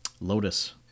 lotus